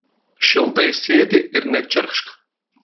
šiltai sėdi ir nečirkšk